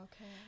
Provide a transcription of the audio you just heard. Okay